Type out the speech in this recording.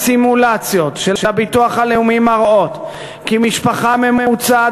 הסימולציות של הביטוח הלאומי מראות כי משפחה ממוצעת